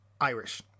Irish